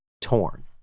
torn